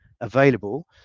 available